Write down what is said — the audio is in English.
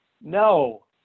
No